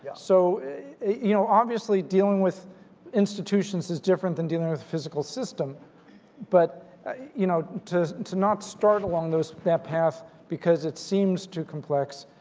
so you know obviously dealing with institutions is different than dealing with physical system but you know to to not start along that path because it seems too complex,